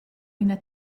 üna